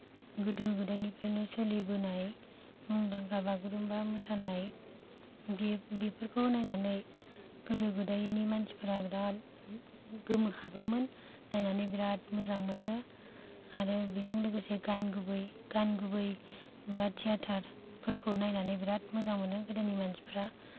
गोदो गोदायनिफ्रायनो सोलिबोनाय मुंदांखा बागुरुम्बा मोसानाय बेफोरखौ नायनानै गोदो गोदायनि मानसिफोरा बिराद गोमोहाबोमोन नायनानै बिराद मोजां मोनो आरो बेजों लोगोसे गान गुबै गान गुबै बा थियेतारफोरखौ नायनानै बिराद मोजां मोनो गोदोनि मानसिफोरा